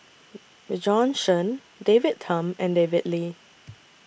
Bjorn Shen David Tham and David Lee